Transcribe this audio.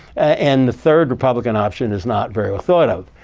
and the third republican option is not very well thought of.